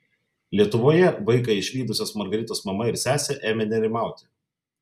lietuvoje vaiką išvydusios margaritos mama ir sesė ėmė nerimauti